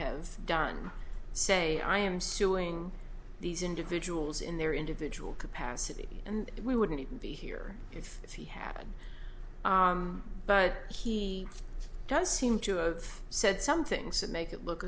have done say i am suing these individuals in their individual capacity and we wouldn't be here if he had but he does seem to have said some things that make it look